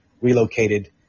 relocated